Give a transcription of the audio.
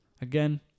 Again